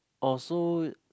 oh so